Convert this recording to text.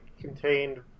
Contained